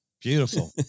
Beautiful